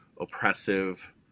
oppressive